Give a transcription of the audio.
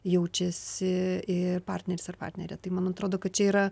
jaučiasi ir partneris ar partnerė tai man atrodo kad čia yra